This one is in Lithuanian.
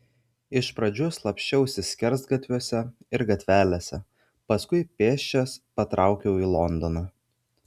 iš pradžių slapsčiausi skersgatviuose ir gatvelėse paskui pėsčias patraukiau į londoną